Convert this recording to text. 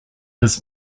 his